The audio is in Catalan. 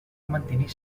mantenir